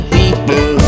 people